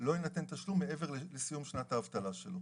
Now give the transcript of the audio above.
לא יינתן תשלום מעבר לסיום שנת האבטלה שלו.